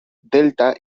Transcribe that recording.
delta